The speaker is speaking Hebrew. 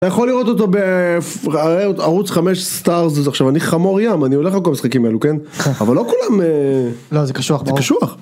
אתה יכול לראות אותו בערוץ חמש סטארז, עכשיו אני חמור ים, אני הולך על כל המשחקים האלו, כן? אבל לא כולם... לא, זה קשוח, ברור.